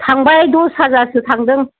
थांबाय दस हाजारसो थांदों